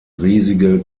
riesige